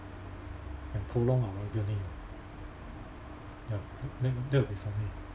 and prolong our agony ah yup that that will be for me